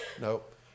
Nope